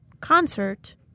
concert